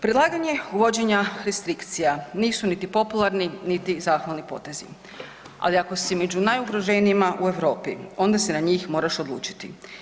Predlaganje uvođenja restrikcija nisu niti popularni niti zahvalni potezi, ali ako si među najugroženijima u Europi onda se na njih moraš odlučiti.